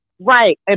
Right